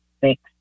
six